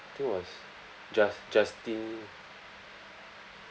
think it was jus~ justin